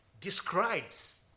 describes